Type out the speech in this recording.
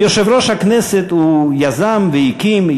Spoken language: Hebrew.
כיושב-ראש הכנסת הוא יזם והקים,